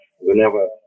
whenever